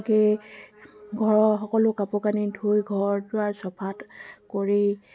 আগে ঘৰৰ সকলো কাপোৰ কানি ধুই ঘৰ দুৱাৰ চফা কৰি